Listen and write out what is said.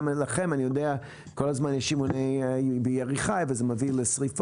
אני יודע שגם לכם יש כל הזמן אימונים בירי חי וזה מביא לשריפות.